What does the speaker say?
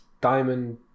diamond